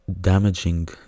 damaging